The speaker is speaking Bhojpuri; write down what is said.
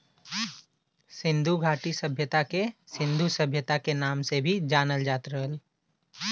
सिन्धु घाटी सभ्यता के सिन्धु सभ्यता के नाम से भी जानल जात रहल